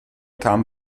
kam